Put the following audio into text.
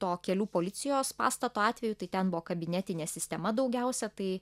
to kelių policijos pastato atveju tai ten buvo kabinetinė sistema daugiausia tai